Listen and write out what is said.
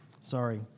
Sorry